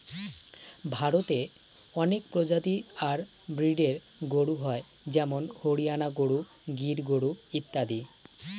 ভারতে অনেক প্রজাতি আর ব্রিডের গরু হয় যেমন হরিয়ানা গরু, গির গরু ইত্যাদি